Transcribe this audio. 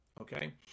Okay